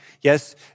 Yes